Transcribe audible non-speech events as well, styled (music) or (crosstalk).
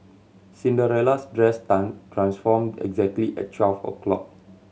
Cinderella's dress (unintelligible) transformed exactly at twelve o' clock